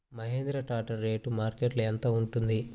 Mahindra tractor rate మార్కెట్లో యెంత ఉంటుంది?